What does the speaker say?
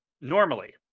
Normally